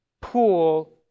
pool